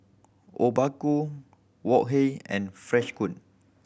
Obaku Wok Hey and Freshkon